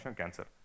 cancer